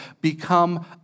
Become